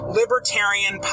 libertarian